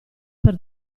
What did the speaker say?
per